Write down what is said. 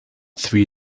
three